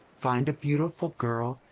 find a beautiful girl,